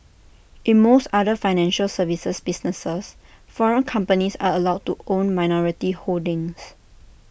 in most other financial services businesses foreign companies are allow to own minority holdings